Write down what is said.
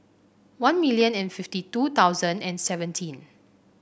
one million and fifty two thousand and seventeen